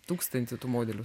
tūkstantį tų modelių